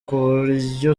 kuburyo